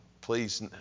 please